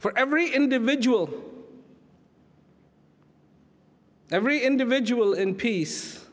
for every individual every individual in peace